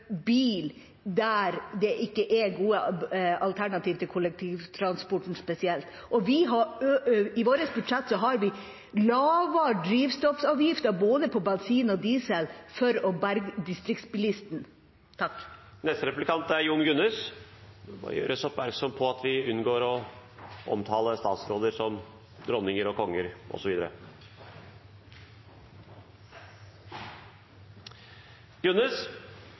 bil der det ikke er gode alternativer med kollektivtransport. I vårt budsjett har vi lavere drivstoffavgifter på både bensin og diesel for å berge distriktsbilisten. Presidenten vil gjøre oppmerksom på at man unngår å omtale statsråder som bl.a. dronninger og konger.